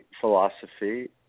philosophy